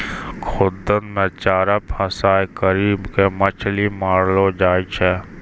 खुद्दन मे चारा फसांय करी के मछली मारलो जाय छै